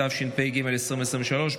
התשפ"ג 2023,